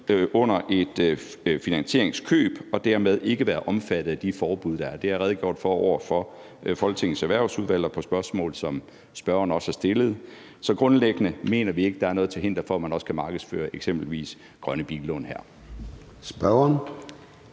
under et finansieringskøb, og at det dermed ikke vil være omfattet af de forbud, der er. Det har jeg også redegjort for over for Folketingets Erhvervsudvalg i forbindelse med spørgsmål, som spørgeren også har stillet. Så grundlæggende mener vi ikke, at der er noget til hinder for, at man her også kan markedsføre eksempelvis grønne billån. Kl.